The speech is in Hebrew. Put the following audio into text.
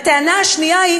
הטענה השנייה היא